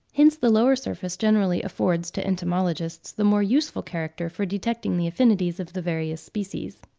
hence the lower surface generally affords to entomologists the more useful character for detecting the affinities of the various species.